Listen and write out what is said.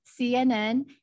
CNN